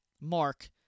mark